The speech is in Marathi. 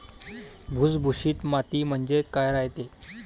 भुसभुशीत माती म्हणजे काय रायते?